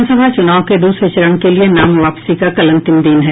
विधानसभा चुनाव के दूसरे चरण के लिये नाम वापसी का कल अंतिम दिन है